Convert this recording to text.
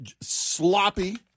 sloppy